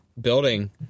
...building